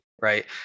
right